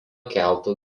keltų